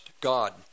God